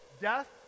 Death